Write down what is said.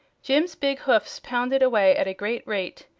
jim's big hoofs pounded away at a great rate,